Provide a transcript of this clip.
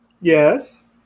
Yes